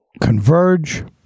converge